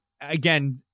again